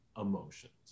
emotions